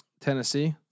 Tennessee